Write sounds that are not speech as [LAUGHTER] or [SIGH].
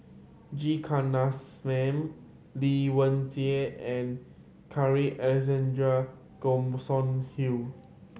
G Kandasamy Lai Weijie and Carl Alexander [UNINTELLIGIBLE] Hill